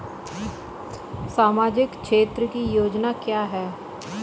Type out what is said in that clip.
सामाजिक क्षेत्र की योजना क्या है?